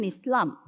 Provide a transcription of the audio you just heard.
Islam